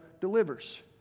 delivers